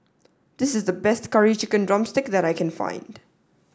this is the best curry chicken drumstick that I can find